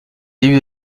début